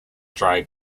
dry